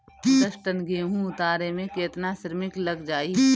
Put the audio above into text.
दस टन गेहूं उतारे में केतना श्रमिक लग जाई?